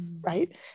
Right